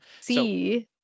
see